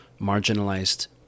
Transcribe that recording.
marginalized